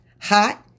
hot